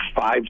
five